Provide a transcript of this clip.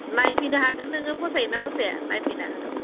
नायफैनो हागोन नोङो फसायो ना फसाया नायफैनो हागोन